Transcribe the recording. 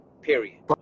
period